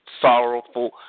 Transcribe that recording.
sorrowful